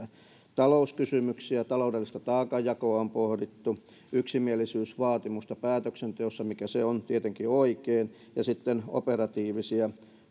talouskysymyksiä taloudellista taakan jakoa on pohdittu yksimielisyysvaatimusta päätöksenteossa mikä on tietenkin oikein ja sitten operatiivisia